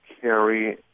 carry